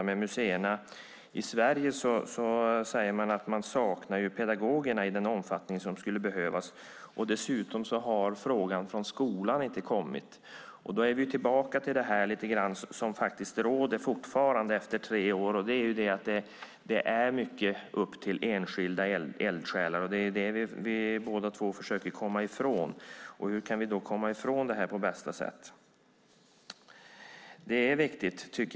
Museerna i Sverige säger att man saknar pedagoger i den omfattning som skulle behövas, dessutom har frågan inte kommit från skolan. Vi är då tillbaka i det som fortfarande gäller efter tre år, nämligen att det är upp till enskilda eldsjälar. Det är det som vi båda försöker komma ifrån. Hur kan vi komma ifrån det på bästa sätt?